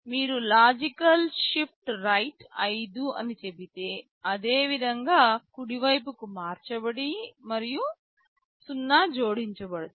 మీరు logical shift right 5 అని చెబితే అదేవిధంగా కుడివైపుకి మార్చబడి మరియు 0 జోడించబడతాయి